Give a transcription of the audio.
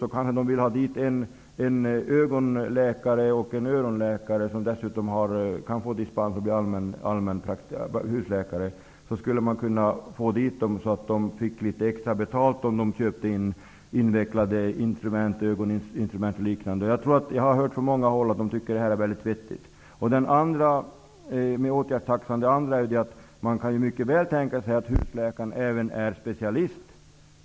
De kanske vill ha dit en ögonläkare och en öronläkare, vilka dessutom kan få dispens och bli husläkare. De skulle kunna få litet extra betalt om de köpte in komplicerade instrument, ögoninstrument och liknande. Jag har hört från många håll att man tycker att det är vettigt. Den andra aspekten när det gäller åtgärdstaxan är att man mycket väl kan tänka sig att husläkaren även är specialist.